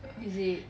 is it